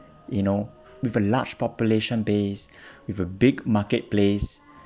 you know with a large population base with a big marketplace